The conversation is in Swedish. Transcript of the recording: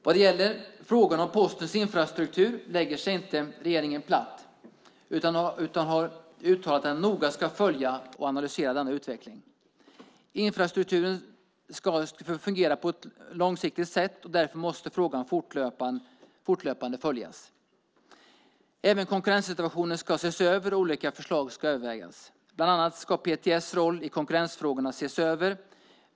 Vad gäller frågan om Postens infrastruktur lägger sig inte regeringen platt, utan man har uttalat att man noga ska följa och analysera utvecklingen. Infrastrukturen ska fungera på ett långsiktigt sätt, och därför måste frågan fortlöpande följas. Även konkurrenssituationen ska ses över, och olika förslag ska övervägas. Bland annat ska PTS roll i konkurrensfrågorna ses över.